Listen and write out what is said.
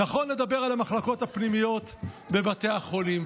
נכון לדבר על המחלקות הפנימיות בבתי החולים,